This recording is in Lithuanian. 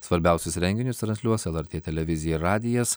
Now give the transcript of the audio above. svarbiausius renginius transliuos lrt televizija ir radijas